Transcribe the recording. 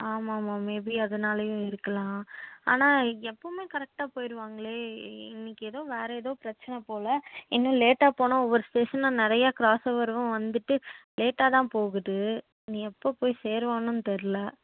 ஆமாம்மா மேபி அதனாலேயும் இருக்கலாம் ஆனால் எப்போவுமே கரெட்டாக போயிடுவாங்களே இன்னிக்கு ஏதோ வேறே ஏதோ பிரச்சனை போல் இன்னும் லேட்டாக போனால் ஒவ்வொரு ஸ்டேஷனும் நிறையா காசும் வரும் வந்துட்டு லேட்டாகதான் போகுது இனி எப்போ போய் சேருவான்னு தெரில